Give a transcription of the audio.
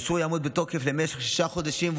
האישור יעמוד בתוקף למשך שישה חודשים,